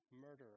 murderer